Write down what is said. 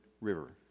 River